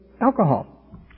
alcohol